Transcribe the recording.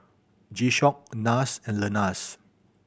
G Shock Nars and Lenas